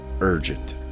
urgent